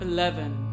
Eleven